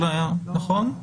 נכון?